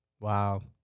Wow